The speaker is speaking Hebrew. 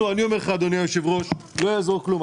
אני אומר לך אדוני היושב ראש שלא יעזור כלום,